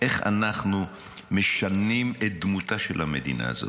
איך אנחנו משנים את דמותה של המדינה הזאת.